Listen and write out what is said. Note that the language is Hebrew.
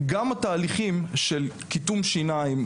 גם התהליכים של קיטום שיניים,